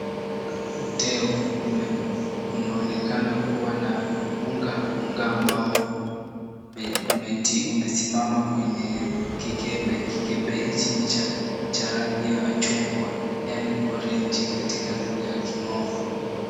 Uteo unaonekana kuwa na unga. Unga ambao umesimama kwenye kikebe. Kikebe hichi ni cha rangi ya chungwa yaani orange kwa lugha ya kimombo.